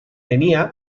tenia